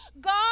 God